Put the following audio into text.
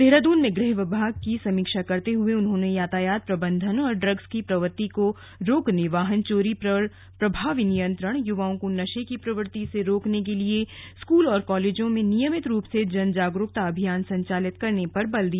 देहरादून में गृह विभाग की समीक्षा करते हुए उन्होंने यातायात प्रबन्धन और ड्रग्स की प्रवृत्ति को रोकने वाहन चोरी पर प्रभावी नियन्त्रण युवाओं को नशे की प्रवृत्ति से रोकने के लिये स्कूल और कॉलेजों में नियमित रूप से जन जागरूकता अभियान संचालित करने पर बल दिया